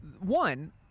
one